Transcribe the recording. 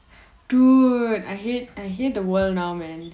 dude I hate the world now man